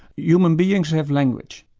human beings have language,